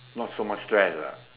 not so much stress lah